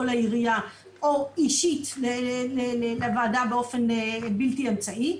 לעירייה או אישית לוועדה באופן בלתי אמצעי,